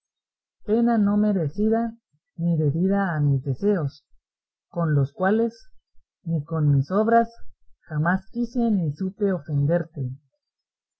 pena no merecida ni debida a mis deseos con los cuales ni con mis obras jamás quise ni supe ofenderte